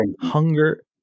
hunger